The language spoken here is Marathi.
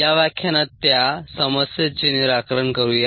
या व्याख्यानात त्या समस्येचे निराकरण करूया